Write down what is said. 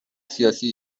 سیاسی